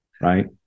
right